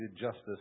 justice